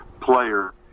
player